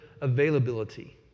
availability